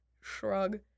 shrug